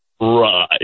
right